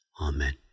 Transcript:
Amen